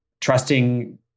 trusting